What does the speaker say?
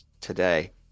today